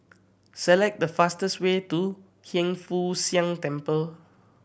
select the fastest way to Hiang Foo Siang Temple